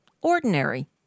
ordinary